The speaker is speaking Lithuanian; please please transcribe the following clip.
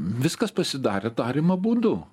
viskas pasidarė darymo būdu